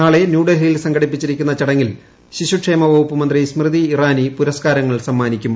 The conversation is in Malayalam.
നാളെ ന്യൂഡൽഹിയിൽ സംഘടിപ്പിച്ചിരിക്കുന്ന ചടങ്ങിൽ ശിശുക്ഷേമ വകുപ്പ് മന്ത്രി സ്മൃതി ഇറാനി പുരസ്ക്കാരങ്ങൾ സമ്മാനിക്കും